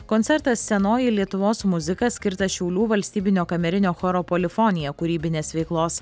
koncertas senoji lietuvos muzika skirtas šiaulių valstybinio kamerinio choro polifonija kūrybinės veiklos